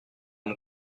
mon